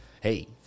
hey